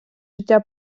життя